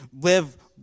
live